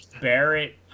Barrett